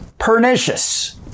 pernicious